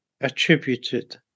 attributed